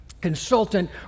consultant